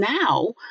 now